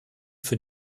für